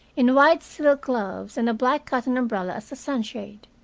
in white silk gloves and a black cotton umbrella as a sunshade.